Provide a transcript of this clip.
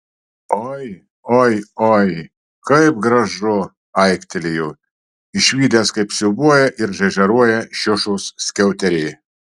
ojojoi kaip gražu aiktelėjo išvydęs kaip siūbuoja ir žaižaruoja šiušos skiauterė